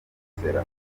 bugesera